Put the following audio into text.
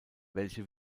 welche